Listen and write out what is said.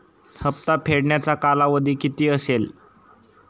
हप्ता फेडण्याचा कालावधी किती असेल?